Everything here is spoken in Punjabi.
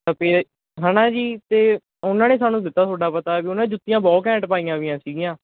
ਹੈ ਨਾ ਜੀ ਅਤੇ ਉਹਨਾਂ ਨੇ ਸਾਨੂੰ ਦਿੱਤਾ ਤੁਹਾਡਾ ਪਤਾ ਵੀ ਉਹਨਾਂ ਨੇ ਜੁੱਤੀਆਂ ਬਹੁਤ ਘੈਂਟ ਪਾਈਆਂ ਵੀਆਂ ਸੀਗੀਆਂ